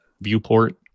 viewport